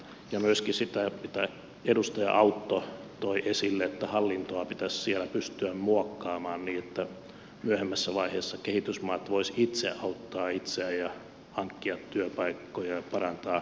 ja myöskin olisin kysynyt sitä mitä edustaja autto toi esille että hallintoa pitäisi siellä pystyä muokkaamaan niin että myöhemmässä vaiheessa kehitysmaat voisivat itse auttaa itseään ja hankkia työpaikkoja ja parantaa kansalaistensa asemaa